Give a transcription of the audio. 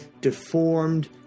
deformed